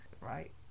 Right